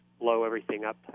blow-everything-up